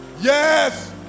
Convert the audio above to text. Yes